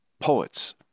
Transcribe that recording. poets